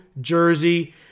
jersey